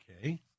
Okay